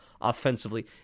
offensively